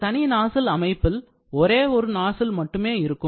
ஒரு தனி நாசில் அமைப்பில் ஒரே ஒரு நாசில் மட்டுமே இருக்கும்